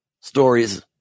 stories